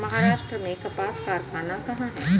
महाराष्ट्र में कपास कारख़ाना कहाँ है?